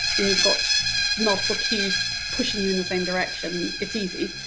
when you've got multiple cues pushing you in the same direction, it's easy.